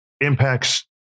impacts